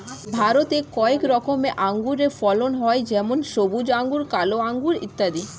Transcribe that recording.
ভারতে কয়েক রকমের আঙুরের ফলন হয় যেমন সবুজ আঙুর, কালো আঙুর ইত্যাদি